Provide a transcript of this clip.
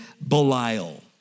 Belial